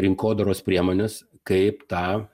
rinkodaros priemonės kaip tą